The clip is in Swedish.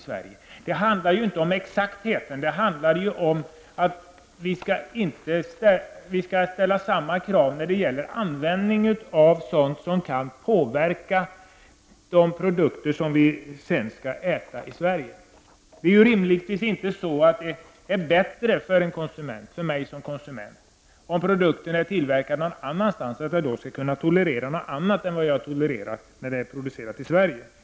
Men det handlar inte om sådan exakthet, utan om att vi skall ställa samma krav vad gäller användningen av sådant som kan påverka de produkter som vi importerar och sedan skall äta. Det är givetvis inte bra för mig som konsument om jag tolererar att importerade produkter innehåller medel som inte tillåts i livsmedel som produceras i Sverige.